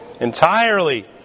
entirely